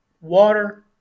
water